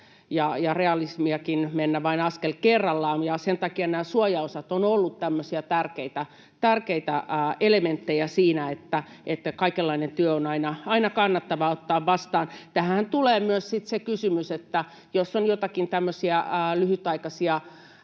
ja realismiakin mennä vain askel kerrallaan. Sen takia nämä suojaosat ovat olleet tämmöisiä tärkeitä elementtejä siinä, että kaikenlainen työ on aina kannattavaa ottaa vastaan. Tähän tulee sitten myös se kysymys, että jos on joitakin tämmöisiä